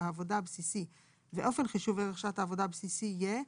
העבודה הבסיסי ואופן חישוב ערך שעת העבודה הבסיסי יהיה: